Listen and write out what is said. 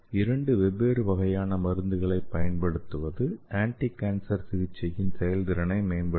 இரண்டு வெவ்வேறு வகையான மருந்துகளைப் பயன்படுத்துவது ஆன்டிகான்சர் சிகிச்சையின் செயல்திறனை மேம்படுத்தும்